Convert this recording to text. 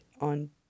on